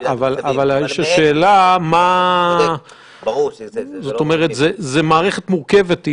זו מערכת מורכבת.